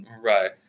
Right